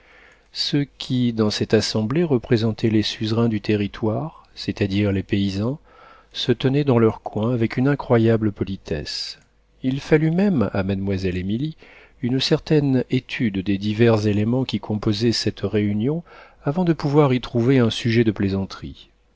ceux qui dans cette assemblée représentaient les suzerains du territoire c'est-à-dire les paysans se tenaient dans leur coin avec une incroyable politesse il fallut même à mademoiselle émilie une certaine étude des divers éléments qui composaient cette réunion avant de pouvoir y trouver un sujet de plaisanterie